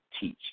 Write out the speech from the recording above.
teach